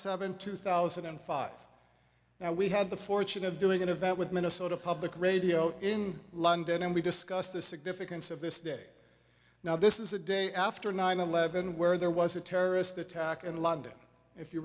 seventh two thousand and five now we had the fortune of doing an event with minnesota public radio in london and we discussed the significance of this day now this is a day after nine eleven where there was a terrorist attack in london if you